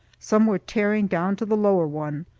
some were tearing down to the lower one,